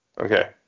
Okay